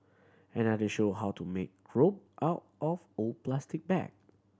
another showed how to make rope out of old plastic bag